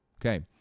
okay